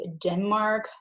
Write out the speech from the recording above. Denmark